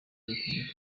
muri